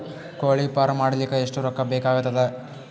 ಕೋಳಿ ಫಾರ್ಮ್ ಮಾಡಲಿಕ್ಕ ಎಷ್ಟು ರೊಕ್ಕಾ ಬೇಕಾಗತದ?